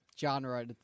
genre